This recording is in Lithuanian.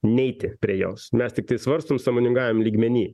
neiti prie jos mes tiktai svarstom sąmoningajam lygmeny